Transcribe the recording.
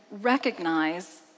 recognize